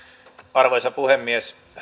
arvoisa puhemies